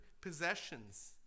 possessions